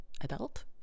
Adult